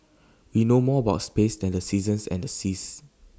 we know more about space than the seasons and the seas